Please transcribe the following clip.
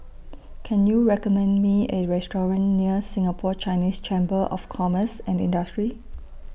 Can YOU recommend Me A Restaurant near Singapore Chinese Chamber of Commerce and Industry